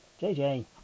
JJ